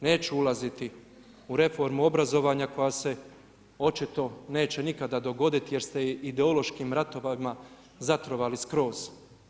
Neću ulaziti u reformu obrazovanja koja se očito neće nikada dogoditi jer ste je ideološkim ratovima zatrovali skroz.